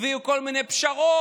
הביאו כל מיני פשרות,